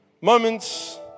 moments